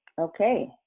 Okay